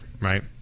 right